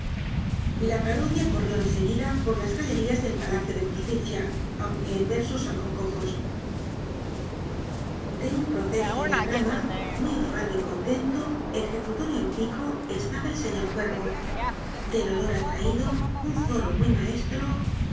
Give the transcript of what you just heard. la parodia corrió en seguida por las galerías del palacio de justicia aunque en versos algo cojos content from google book search generated at de un proceso en la rama muy ufano y contento ejecutoria en pico estaba el señor cuervo del oloratrairlo un zorro muy maestro